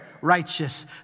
righteous